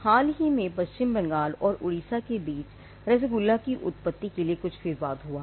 हाल ही में पश्चिम बंगाल और ओडिशा के बीच रसोगुल्ला की उत्पत्ति के लिए कुछ विवाद हुआ था